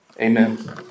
amen